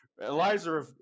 Eliza